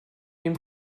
dem